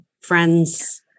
friends